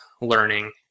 learning